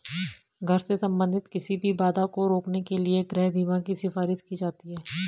घर से संबंधित किसी भी बाधा को रोकने के लिए गृह बीमा की सिफारिश की जाती हैं